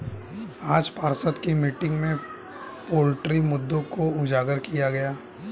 आज पार्षद की मीटिंग में पोल्ट्री मुद्दों को उजागर किया गया